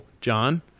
John